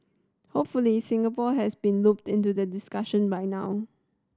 hopefully Singapore has been looped into the discussion by now